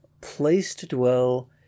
place-to-dwell